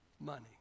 money